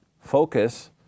focus